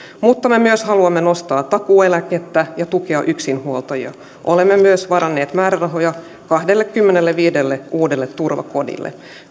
me myös haluamme nostaa takuueläkettä ja tukea yksinhuoltajia olemme myös varanneet määrärahoja kahdellekymmenelleviidelle uudelle turvakodille